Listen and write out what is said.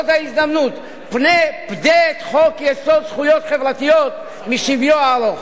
את חוק-יסוד: זכויות חברתיות משביו הארוך.